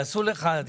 יעשו לך,